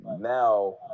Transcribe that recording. now